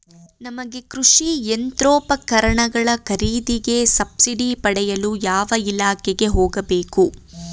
ನಮಗೆ ಕೃಷಿ ಯಂತ್ರೋಪಕರಣಗಳ ಖರೀದಿಗೆ ಸಬ್ಸಿಡಿ ಪಡೆಯಲು ಯಾವ ಇಲಾಖೆಗೆ ಹೋಗಬೇಕು?